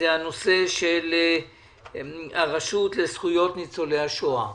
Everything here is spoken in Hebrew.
הנושא של הרשות לזכויות ניצולי השואה.